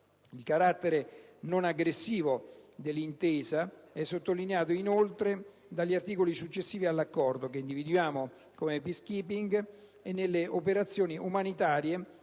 Il carattere non aggressivo dell'intesa è sottolineato inoltre dagli articoli successivi all'Accordo, che individuano nel *peace keeping* e nelle operazioni umanitarie